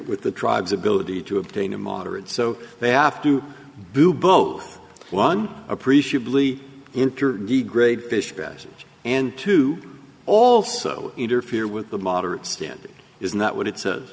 with the tribes ability to obtain a moderate so they have to do both one appreciably in pure d grade fish passage and to also interfere with the moderate standard isn't that what it says